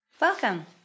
Welcome